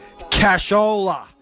Cashola